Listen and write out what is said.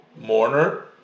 mourner